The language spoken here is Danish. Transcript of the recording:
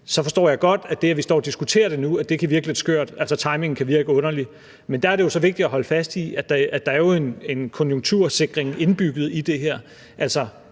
forstår jeg godt, at det, at vi står og diskuterer det nu, kan virke lidt skørt, altså at timingen kan virke underlig. Men der er det vigtigt at holde fast i, at der jo er en konjunktursikring indbygget i det her